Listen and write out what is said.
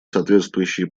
соответствующие